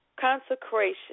consecration